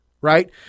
Right